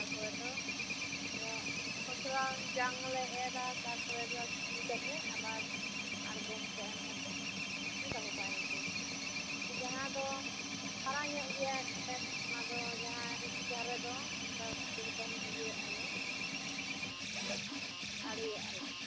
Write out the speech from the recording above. ᱛᱟᱨᱯᱚᱨᱮ ᱫᱚ ᱠᱷᱚᱥᱞᱟ ᱡᱟᱝᱞᱮ ᱮᱨᱟ ᱛᱟᱯᱚᱨᱮ ᱫᱚ ᱥᱤ ᱠᱟᱛᱮ ᱟᱵᱟᱨ ᱟᱲᱜᱚᱢ ᱠᱚ ᱮᱢ ᱠᱟᱛᱮ ᱫᱚᱦᱚᱠᱟᱜ ᱤᱱᱠᱟᱹ ᱡᱟᱦᱟᱸ ᱫᱚ ᱢᱟᱨᱟᱝ ᱧᱚᱜ ᱜᱮᱭᱟ ᱠᱷᱮᱛ ᱚᱱᱟ ᱫᱚ ᱡᱟᱦᱟᱸ ᱩᱥᱩᱱ ᱫᱷᱟᱨᱮ ᱫᱚ ᱚᱱᱠᱟ ᱥᱮᱨᱚᱠᱚᱱ ᱫᱚ ᱤᱭᱟᱹ ᱟᱜᱞᱮ ᱟᱲᱮᱭᱟᱞᱮ